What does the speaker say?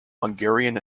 hungarian